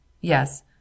Yes